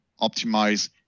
optimize